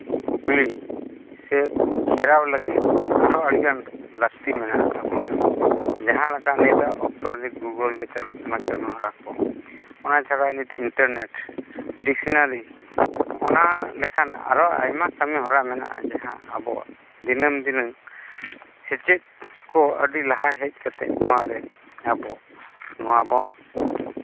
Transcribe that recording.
ᱯᱩᱠᱷᱨᱤ ᱥᱮ ᱪᱷᱮᱨᱟᱣ ᱞᱟᱹᱜᱤᱫ ᱚᱱᱟ ᱦᱚᱸ ᱟᱹᱰᱤᱜᱟᱱ ᱞᱟᱹᱠᱛᱤ ᱢᱮᱱᱟᱜ ᱛᱟᱵᱚᱱᱟ ᱡᱟᱦᱟᱸ ᱞᱮᱠᱟ ᱱᱤᱛᱚᱜ ᱚᱠᱛᱚ ᱜᱩᱜᱩᱞ ᱨᱮ ᱪᱟᱞᱟᱜ ᱠᱟᱱᱟ ᱠᱟᱹᱢᱤᱦᱚᱨᱟ ᱠᱚ ᱚᱱᱟ ᱪᱷᱟᱰᱟ ᱱᱤᱛ ᱤᱱᱴᱟᱨᱱᱮᱹᱴ ᱰᱤᱥᱱᱟᱨᱤ ᱚᱱᱟ ᱞᱮᱠᱟᱱ ᱟᱭᱢᱟ ᱠᱟᱹᱢᱤᱦᱚᱨᱟ ᱢᱮᱱᱟᱜᱼᱟ ᱡᱟᱦᱟᱸ ᱟᱵᱚ ᱫᱤᱱᱟᱹᱢ ᱫᱤᱱᱟᱹᱢ ᱥᱮᱪᱮᱫ ᱠᱚ ᱞᱟᱦᱟ ᱦᱮᱡ ᱠᱟᱛᱮᱫ ᱱᱚᱣᱟᱨᱮ ᱵᱚᱱ